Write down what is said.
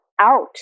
out